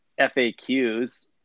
FAQs